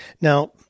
Now